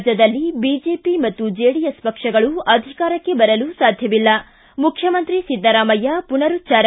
ರಾಜ್ಯದಲ್ಲಿ ಬಿಜೆಪಿ ಮತ್ತು ಜೆಡಿಎಸ್ ಪಕ್ಷಗಳು ಅಧಿಕಾರಕ್ಕೆ ಬರಲು ಸಾಧ್ಯವಿಲ್ಲ ಮುಖ್ಯಮಂತ್ರಿ ಸಿದ್ದರಾಮಯ್ಯ ಮನರುಚ್ಚಾರ